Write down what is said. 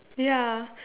ya